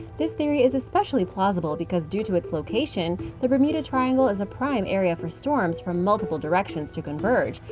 this theory is especially plausible because due to its location, the bermuda triangle is a prime area for storms from multiple directions to converge,